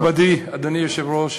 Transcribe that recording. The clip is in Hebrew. מכובדי, אדוני היושב-ראש,